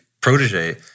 protege